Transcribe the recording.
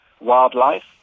wildlife